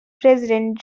president